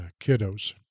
kiddos